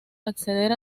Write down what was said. acceder